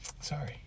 Sorry